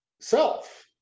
self